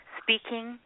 speaking